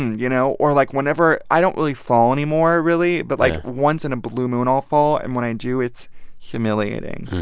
you know? or, like, whenever i don't really fall anymore, really yeah but, like, once in a blue moon, i'll fall. and when i do, it's humiliating,